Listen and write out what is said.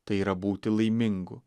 tai yra būti laimingu